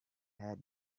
had